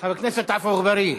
חבר הכנסת עפו אגבאריה.